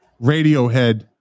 Radiohead